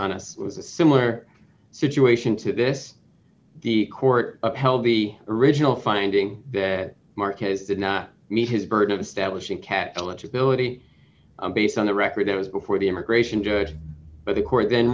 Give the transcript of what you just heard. it was a similar situation to this the court upheld the original finding that marcus did not meet his burden of establishing cat eligibility based on the record it was before the immigration judge but the court then